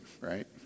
right